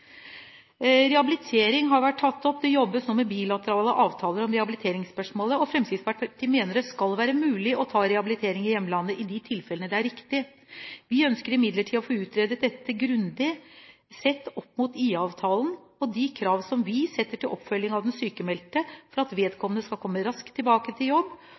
Rehabilitering har vært tatt opp. Det jobbes nå med bilaterale avtaler om rehabiliteringsspørsmålet, og Fremskrittspartiet mener det skal være mulig å ta rehabilitering i hjemlandet i de tilfellene det er riktig. Vi ønsker imidlertid å få utredet dette grundig, sett opp mot IA-avtalen og de krav som vi setter til oppfølging av den sykmeldte, slik at vedkommende skal komme raskt tilbake til jobb